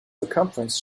circumference